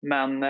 Men